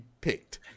picked